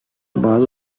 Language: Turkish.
bazı